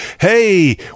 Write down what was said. hey